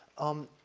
um,